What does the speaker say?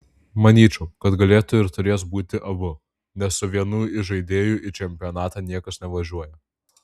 manyčiau kad galėtų ir turės būti abu nes su vienu įžaidėju į čempionatą niekas nevažiuoja